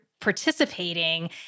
participating